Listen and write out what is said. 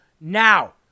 now